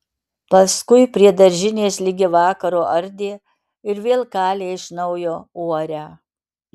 paskui prie daržinės ligi vakaro ardė ir vėl kalė iš naujo uorę